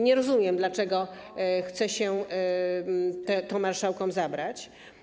Nie rozumiem, dlaczego chce się to marszałkom zabrać.